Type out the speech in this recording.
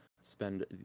spend